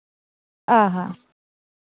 ᱚ ᱦᱚᱸ